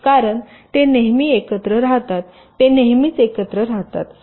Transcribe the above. कारण ते नेहमी एकत्र राहतात ते नेहमीच एकत्र राहतात